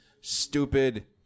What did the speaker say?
stupid